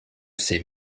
ses